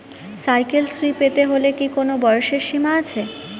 Cycle Shri পেতে হলে কি কোনো বয়সের সীমা আছে?